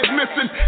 missing